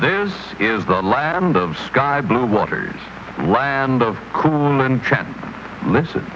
this is the land of sky blue waters land of kremlin listen